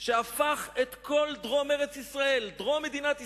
שהפך את כל דרום ארץ-ישראל, דרום מדינת ישראל,